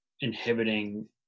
inhibiting